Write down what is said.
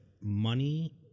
money